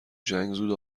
جنگ، زود